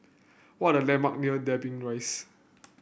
what are the landmark near Dobbie Rise